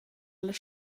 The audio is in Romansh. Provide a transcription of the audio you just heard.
las